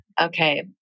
Okay